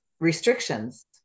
restrictions